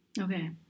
Okay